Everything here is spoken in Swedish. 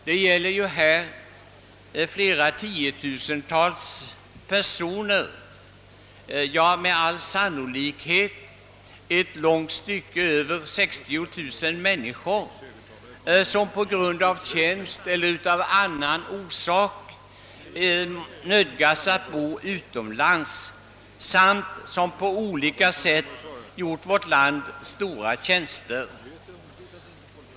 Det gäller ju flera tiotusental personer — med all sannolikhet betydligt över 60 000 människor, som på grund av tjänst eller av annat skäl nödgas bo utomlands och som på olika sätt gjort vårt land stora tjänster.